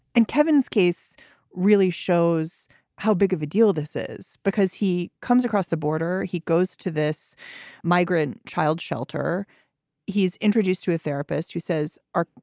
and kevin's case really shows how big of a deal this is because he comes across the border, he goes to this migrant child shelter. he he's introduced to a therapist who says, ah,